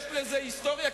יש לזה היסטוריה,